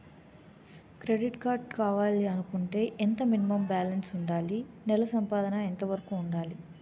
Credit card కావాలి అనుకుంటే ఎంత మినిమం బాలన్స్ వుందాలి? నెల సంపాదన ఎంతవరకు వుండాలి?